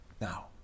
Now